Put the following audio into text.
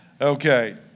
Okay